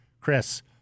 Chris